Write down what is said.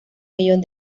millón